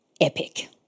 epic